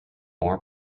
more